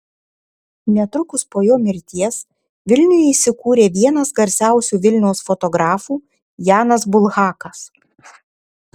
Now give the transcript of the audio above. netrukus po jo mirties vilniuje įsikūrė vienas garsiausių vilniaus fotografų janas bulhakas